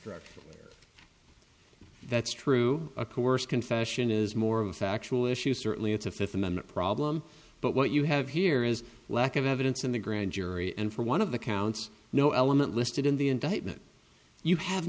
correct that's true a coerced confession is more of a factual issue certainly it's a fifth amendment problem but what you have here is lack of evidence in the grand jury and for one of the counts no element listed in the indictment you have